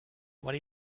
what